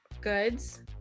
goods